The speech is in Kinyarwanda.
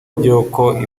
by’uko